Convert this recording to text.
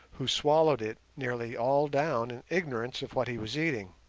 who swallowed it nearly all down in ignorance of what he was eating.